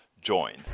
join